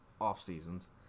off-seasons